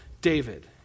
David